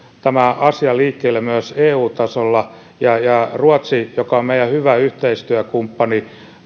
tämän asian liikkeelle myös eu tasolla ja ja ruotsi joka on meidän hyvä yhteistyökumppanimme